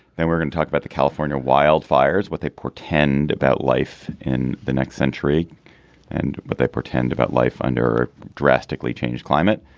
then we're going to talk about the california wildfires what they portend about life in the next century and what they pretend about life under drastically changed climate.